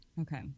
Okay